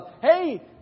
Hey